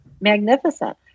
magnificent